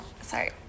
Sorry